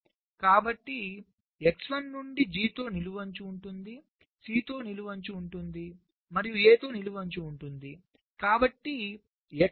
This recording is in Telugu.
కాబట్టి x1 నుండి G తో నిలువు అంచు ఉంటుంది C తో నిలువు అంచు ఉంటుంది మరియు A తో నిలువు అంచు ఉంటుంది